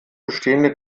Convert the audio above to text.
bestehende